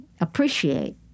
appreciate